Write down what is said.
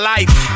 Life